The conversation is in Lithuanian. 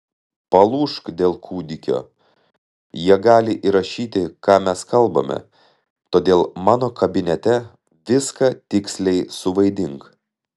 palūžk dėl kūdikio jie gali įrašyti ką mes kalbame todėl mano kabinete viską tiksliai suvaidink